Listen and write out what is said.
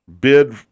bid